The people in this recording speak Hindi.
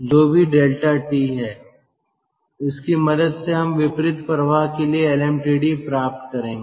जो भी डेल्टा टी है उसकी मदद से हम विपरीत प्रवाह के लिए एलएमटीडी प्राप्त करेंगे